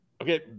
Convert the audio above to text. okay